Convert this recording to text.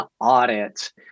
audit